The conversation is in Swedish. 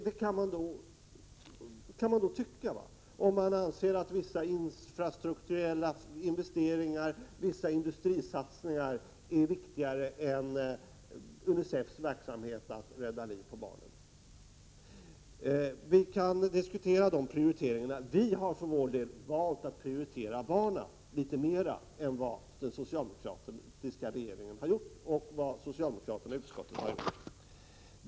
Det kan man göra om man tycker att vissa infrastrukturella investeringar eller vissa industrisatsningar är viktigare än UNICEF:s verksamhet för att rädda barns liv. Vi kan diskutera sådana prioriteringar. Vi har för vår del valt att prioritera barnen litet mer än vad den socialdemokratiska regeringen och socialdemokraterna i utskottet har gjort.